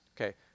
Okay